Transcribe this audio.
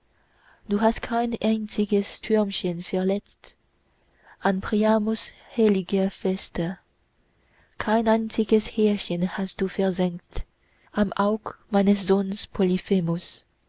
du hast kein einziges türmchen verletzt an priamos heiliger feste kein einziges härchen hast du versengt am äug meines sohns